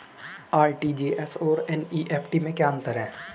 RTGS और NEFT में क्या अंतर है?